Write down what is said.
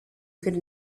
could